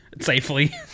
safely